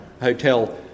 Hotel